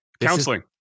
counseling